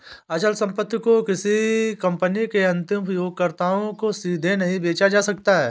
अचल संपत्ति को किसी कंपनी के अंतिम उपयोगकर्ताओं को सीधे नहीं बेचा जा सकता है